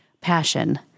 passion